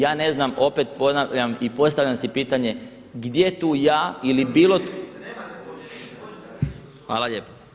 Ja ne znam opet ponavljam i postavljam si pitanje, gdje tu ja ili bilo … [[Upadica se ne razumije.]] Hvala lijepa.